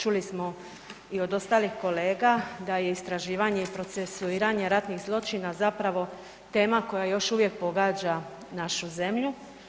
Čuli smo i od ostalih kolega da je istraživanje i procesuiranje ratnih zločina zapravo tema koja još uvijek pogađa našu zemlju.